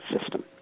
system